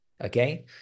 okay